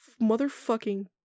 motherfucking